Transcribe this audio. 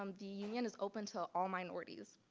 um the union is open to all minorities.